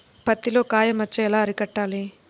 పత్తిలో కాయ మచ్చ ఎలా అరికట్టాలి?